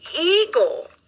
eagle